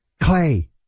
Clay